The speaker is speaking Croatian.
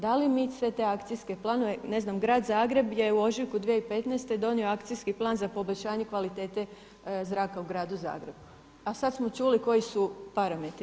Da li mi sve te akcijske planove ne znam grad Zagreb je u ožujku 2015. donio Akcijski plan za poboljšanje kvalitete zraka u gradu Zagrebu, a sada smo čuli koji su parametri.